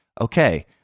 okay